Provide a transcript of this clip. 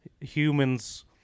humans